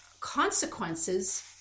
consequences